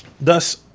Thus